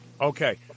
Okay